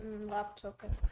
laptop